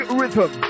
rhythm